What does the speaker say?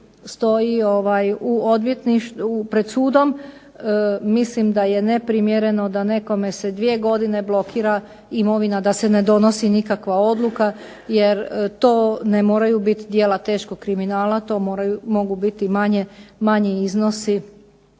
tužbi stoji pred sudom mislim da je neprimjereno da nekome se 2 godine blokira imovina, da se ne donosi nikakva odluka jer to ne moraju biti djela teškog kriminala to mogu biti i manji iznosi